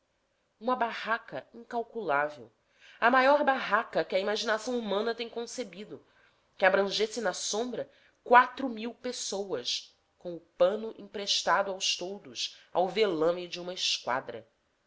uma barraca incalculável a maior barraca que a imaginação humana tem concebido que abrangesse na sombra quatro mil pessoas com o pano emprestado aos toldos ao velame de uma esquadra